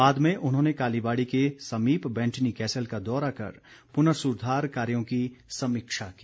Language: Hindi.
बाद में उन्होंने कालीबाड़ी के समीप बैंटनी कैसल का दौरा कर पुनर्सुधार कार्यों की समीक्षा की